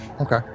Okay